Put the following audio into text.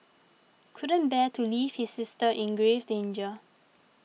couldn't bear to leave his sister in grave danger